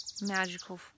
magical